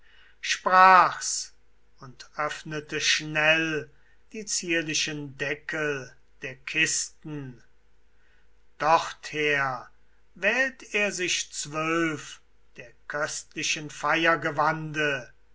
sprach's und öffnete schnell die zierlichen deckel der kisten dorther wählt er sich zwölf der köstlichen